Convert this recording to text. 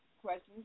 questions